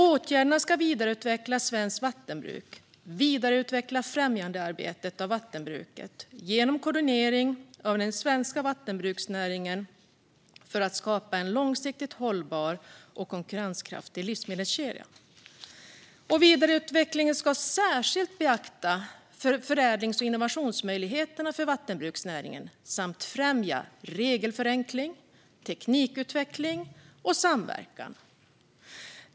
Åtgärderna ska vidareutveckla svenskt vattenbruk och främjandearbetet av vattenbruket genom koordinering av den svenska vattenbruksnäringen för att skapa en långsiktigt hållbar och konkurrenskraftig livsmedelskedja. Vidareutvecklingen ska särskilt beakta förädlings och innovationsmöjligheterna för vattenbruksnäringen samt främja regelförenkling, teknikutveckling och samverkan.